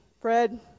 Fred